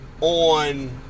on